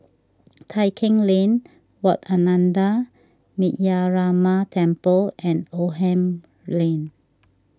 Tai Keng Lane Wat Ananda Metyarama Temple and Oldham Lane